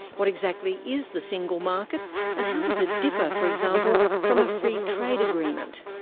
what exactly is the single market and how does it differ, for example, from a free trade agreement?